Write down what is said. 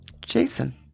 Jason